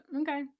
okay